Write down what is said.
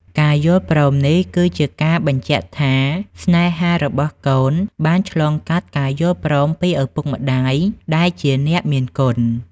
ការយល់ព្រមនេះគឺជាការបញ្ជាក់ថា ស្នេហារបស់កូនបានឆ្លងកាត់ការយល់ព្រមពីឪពុកម្ដាយដែលជាអ្នកមានគុណ។